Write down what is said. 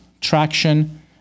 traction